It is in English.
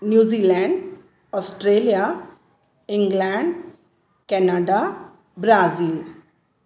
New Zealand Australia England Canada Brazil